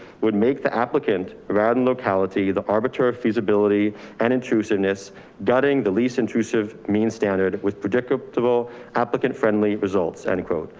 would make the applicant radin locality, the arbitrary feasibility and intrusiveness gutting the least intrusive mean standard with predictable applicant-friendly results and a quote,